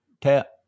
tap